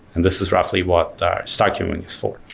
and this is roughly what star cubing is for.